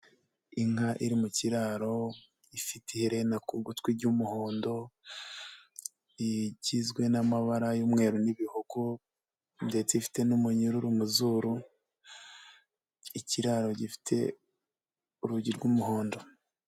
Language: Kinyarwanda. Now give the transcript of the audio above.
Inka iri mu kiraro ifite iherena ku gutwi ry'umuhondo, igizwe n'amabara y'umweru n'ibihogo ndetse ifite n'umunyururu mu zuru, ikiraro gifite urugi rw'umuhondo.